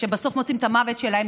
שבסוף מוצאים את המוות שלהם,